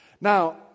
Now